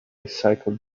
cycled